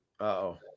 Uh-oh